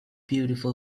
beautiful